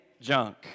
junk